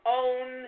own